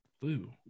blue